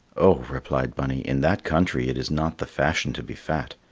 oh, replied bunny, in that country it is not the fashion to be fat,